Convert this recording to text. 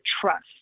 trust